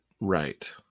Right